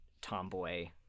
tomboy